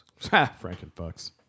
Frankenfucks